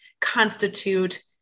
constitute